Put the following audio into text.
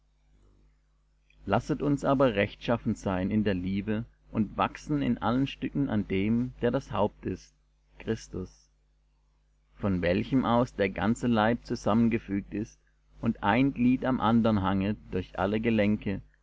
lasset uns aber rechtschaffen sein in der liebe und wachsen in allen stücken an dem der das haupt ist christus von welchem aus der ganze leib zusammengefügt ist und ein glied am andern hanget durch alle gelenke